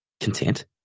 content